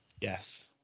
Yes